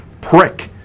prick